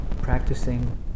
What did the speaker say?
practicing